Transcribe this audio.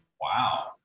Wow